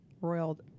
royal